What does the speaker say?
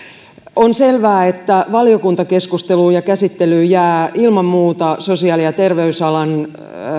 on selvää että valiokuntakeskusteluun ja käsittelyyn jäävät ilman muuta sosiaali ja terveysalan